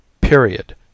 Period